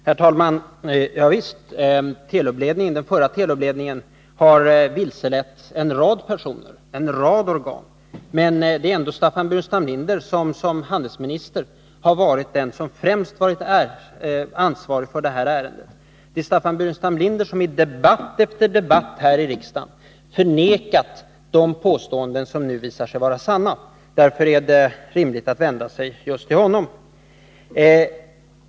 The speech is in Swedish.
Herr talman! Ja visst — den förra Telubledningen har vilselett en rad personer och en rad organ. Men som handelsminister har Staffan Burenstam Linder ändå varit den som främst haft ansvaret för det här ärendet. Det är Staffan Burenstam Linder som i debatt efter debatt här i riksdagen förnekat de påståenden som nu visar sig vara sanna. Därför är det rimligt att vända sig just till honom.